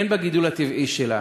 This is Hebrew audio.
הן בגידול הטבעי שלה